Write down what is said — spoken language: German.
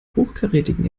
hochkarätigen